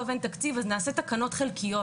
טוב אין תקציב אז נעשה תקנות חלקיות.